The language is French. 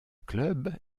club